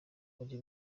muri